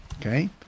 Okay